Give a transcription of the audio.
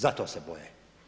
Zato se boje.